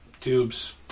tubes